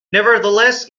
nevertheless